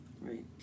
Right